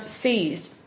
seized